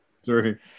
Sorry